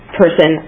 person